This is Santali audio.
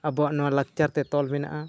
ᱟᱵᱚᱣᱟᱜ ᱱᱚᱣᱟ ᱞᱟᱠᱪᱟᱨ ᱛᱮ ᱛᱚᱞ ᱢᱮᱱᱟᱜᱼᱟ